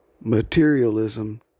Materialism